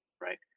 right